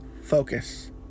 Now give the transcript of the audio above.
focus